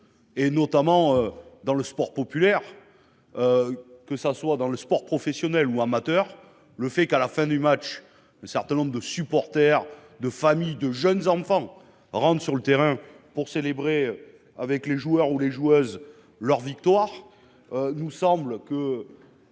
Et notamment dans le sport populaire. Que ça soit dans le sport professionnel ou amateur. Le fait qu'à la fin du match, un certain nombre de supporters de familles de jeunes enfants rentrent sur le terrain pour célébrer avec les joueurs ou les joueuses leur victoire. Nous semble que.